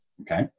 okay